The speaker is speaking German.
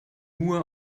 nur